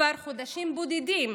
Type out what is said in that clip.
חודשים בודדים